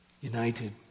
United